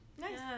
Nice